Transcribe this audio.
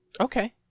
Okay